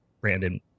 brandon